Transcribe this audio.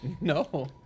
No